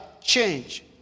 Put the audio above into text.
change